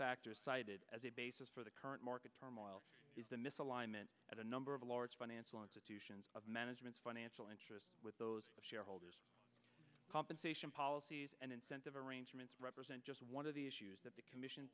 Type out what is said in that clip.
factors cited as a basis for the current market turmoil is the misalignment at a number of large financial institutions of management's financial interest with those shareholders compensation policies and incentive arrangements represent just one of the issues that the co